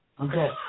Okay